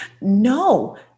No